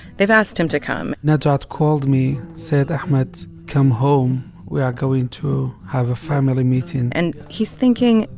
they've asked him to come najat called me, said, ahmed, come home we are going to have a family meeting and he's thinking,